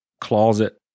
closet